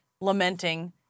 lamenting